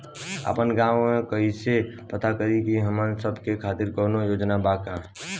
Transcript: आपन गाँव म कइसे पता करि की हमन सब के खातिर कौनो योजना बा का?